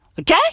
Okay